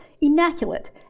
immaculate